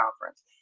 Conference